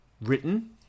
written